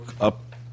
up